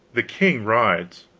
the king rides.